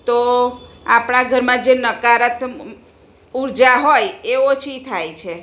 તો આપણા ઘરમાં જે નકારાત્મક ઊર્જા હોય એ ઓછી થાય છે